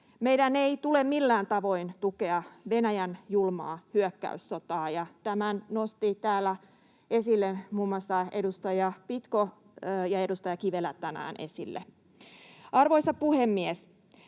Meidän ei tule millään tavoin tukea Venäjän julmaa hyökkäyssotaa, ja tämän nostivat täällä muiden muassa edustaja Pitko ja edustaja Kivelä tänään esille. Arvoisa puhemies!